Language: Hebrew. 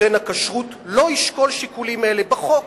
נותן הכשרות לא ישקול שיקולים אלה:" בחוק